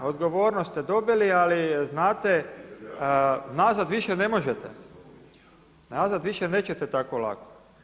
A odgovornost ste dobili, ali znate nazad više ne možete, nazad više nećete tako lako.